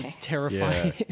terrifying